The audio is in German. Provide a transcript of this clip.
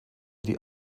die